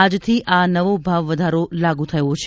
આજથી આ નવો ભાવવધારો લાગુ થયો છે